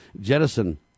jettison